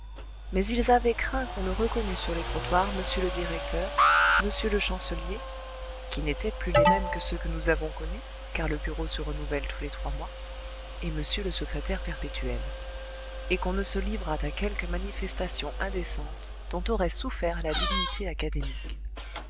mais ils avaient craint qu'on ne reconnût sur les trottoirs m le directeur m le chancelier qui n'étaient plus les mêmes que ceux que nous avons connus car le bureau se renouvelle tous les trois mois et m le secrétaire perpétuel et qu'on ne se livrât à quelque manifestation indécente dont aurait souffert la dignité académique